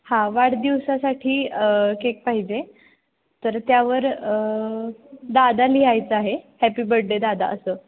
हां वाढदिवसासाठी केक पाहिजे तर त्यावर दादा लिहायचं आहे हॅपी बड्डे दादा असं